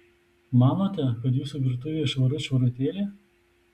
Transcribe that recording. manote kad jūsų virtuvė švarut švarutėlė